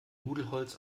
nudelholz